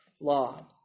law